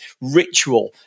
ritual